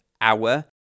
hour